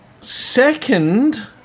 second